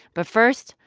but first,